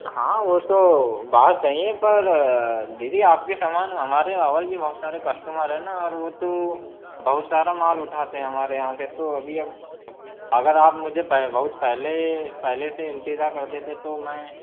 हाँ वो तो बात सही है पर दीदी आप ये सामान मंगा रहे हो और भी बहुत सारे कस्टमर है ना हाँ और वो तो बहुत सारा माल उठाते हैं हमारे यहाँ से तो अभी अब अगर आप मुझे पहले बहुत पहले से इतहला कर देते तो मैं